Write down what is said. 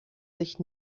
sich